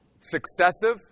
successive